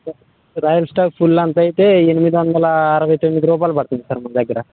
royal Stag full అంత అయితే ఎనిమిది వందల అరవై తొమ్మిది రూపాయలు పడుతుంది సార్ మా దగ్గర